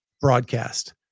broadcast